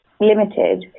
limited